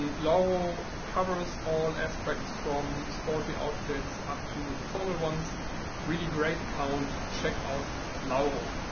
and lauro covers all aspects from sporty outfits up to the formal ones really great account check out lauro